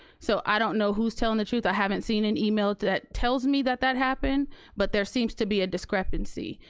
so i don't know who's telling the truth. i haven't seen an email that tells me that that happened but there seems to be a discrepancy.